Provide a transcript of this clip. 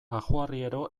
ajoarriero